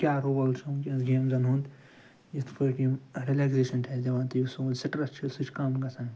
کیٛاہ رول چھُ وُنٛکیٚس گیمزن ہُنٛد یِتھ پٲٹھۍ یِم رِلیٚکزیشن چھِ اسہِ دِوان تہٕ یُس سون سِٹریٚس چھُ سُہ چھُ کَم گَژھان